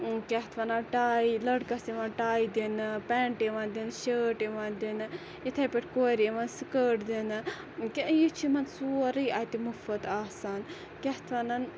کیاہ اَتھ وَنان ٹاے لٔڑکَس چھِ یِوان ٹاے دِنہٕ پیٚنٹ یِوان دِنہٕ شٲٹ یِوان دِنہٕ اِتھے پٲٹھۍ کورِ یِوان سِکٲٹ دِنہٕ یہِ چھُ یِمَن سوروے اَتہِ مُفُت آسان کیاہ اَتھ وَنان